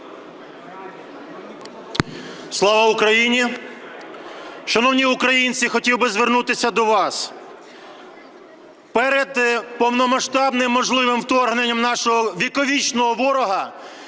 Слава Україні! Шановні українці, хотів би звернутися до вас. Перед повномасштабним можливим вторгненням нашого віковічного ворога